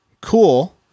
Cool